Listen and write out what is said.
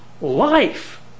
life